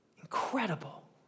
Incredible